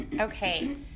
Okay